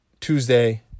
Tuesday